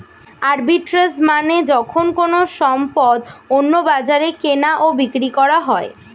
arbitrage মানে যখন কোনো সম্পদ অন্য বাজারে কেনা ও বিক্রি করা হয়